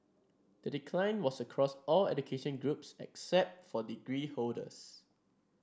the decline was across all education groups except for degree holders